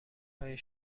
های